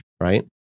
right